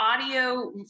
audio